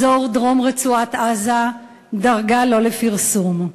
אזור: דרום רצועת-עזה, דרגה: לא לפרסום.